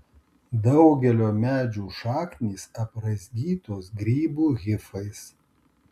daugelio medžių šaknys apraizgytos grybų hifais